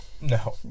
No